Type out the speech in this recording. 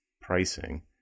pricing